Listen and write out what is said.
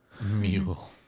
mule